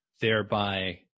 thereby